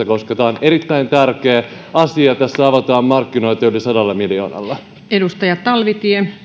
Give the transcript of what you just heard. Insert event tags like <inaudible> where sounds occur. <unintelligible> koska tämä on erittäin tärkeä asia ja tässä avataan markkinoita yli sadalla miljoonalla